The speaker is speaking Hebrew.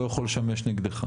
לא יכול לשמש נגדך.